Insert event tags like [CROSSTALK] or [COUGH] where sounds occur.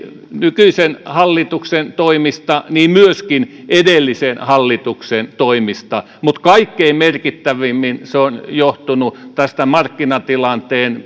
nykyisen hallituksen toimista myöskin edellisen hallituksen toimista mutta kaikkein merkittävimmin se on johtunut tästä markkinatilanteen [UNINTELLIGIBLE]